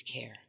care